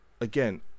again